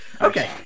Okay